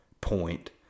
point